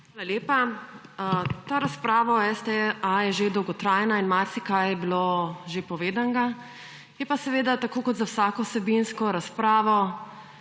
Hvala lepa. Ta razprava o STA je že dolgotrajna in marsikaj je bilo že povedanega. Je pa seveda tako kot za vsako medinsko razpravo